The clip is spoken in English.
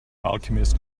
alchemist